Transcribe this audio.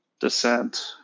descent